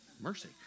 mercy